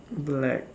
black